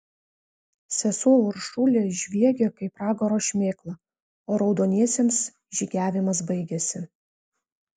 sesuo uršulė žviegė kaip pragaro šmėkla o raudoniesiems žygiavimas baigėsi